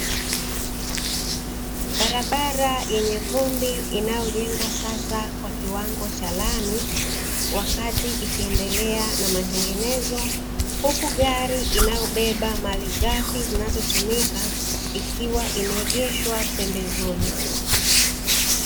Barabara yenye vumbi inayojengwa sasa kwa kiwango cha lami wakati ikiendelea na matengenezo, huku gari inayobeba malighafi zinazotumika, ikiwa imeegeshwa pembezoni.